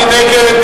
מי נגד?